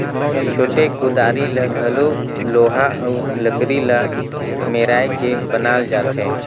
छोटे कुदारी ल घलो लोहा अउ लकरी ल मेराए के बनाल जाथे